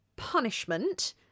punishment